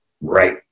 Right